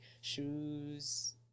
shoes